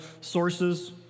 sources